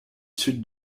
sud